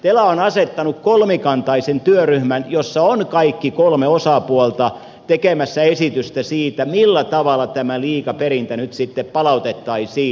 tela on asettanut kolmikantaisen työryhmän jossa on kaikki kolme osapuolta tekemässä esitystä siitä millä tavalla tämä liikaperintä nyt sitten palautettaisiin